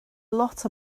lot